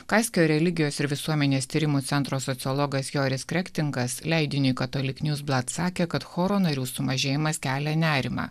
kaskio religijos ir visuomenės tyrimų centro sociologas joris krektingas leidiniui sakė kad choro narių sumažėjimas kelia nerimą